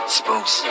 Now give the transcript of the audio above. spooks